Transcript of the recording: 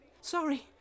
Sorry